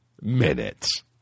minutes